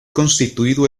constituido